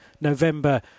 November